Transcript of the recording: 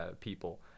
people